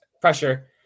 pressure